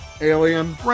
alien